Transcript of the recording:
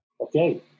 Okay